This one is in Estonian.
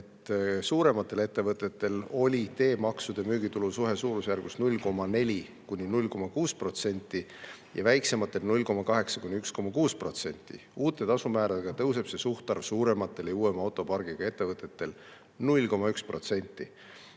suurematel ettevõtetel oli teemaksude ja müügitulu suhe suurusjärgus 0,4–0,6% ja väiksematel 0,8–1,6%. Uute tasumääradega tõuseb see suhtarv suurematel ja uuema autopargiga ettevõtetel 0,1%